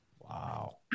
Wow